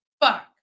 fuck